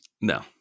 No